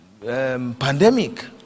pandemic